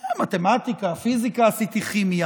מתמטיקה, פיזיקה, עשיתי כימיה,